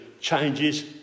changes